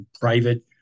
private